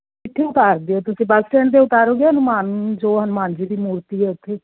ਇੱਥੇ ਉਤਾਰ ਦਿਓ ਤੁਸੀਂ ਬੱਸ ਸਟੈਂਡ 'ਤੇ ਉਤਾਰੋਗੇ ਹਨੁਮਾਨ ਜੋ ਹਨੁੰਮਾਨ ਜੀ ਦੀ ਮੂਰਤੀ ਹੈ ਉੱਥੇ